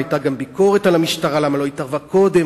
היתה גם ביקורת על המשטרה למה לא התערבה קודם,